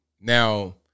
Now